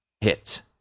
hit